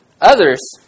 Others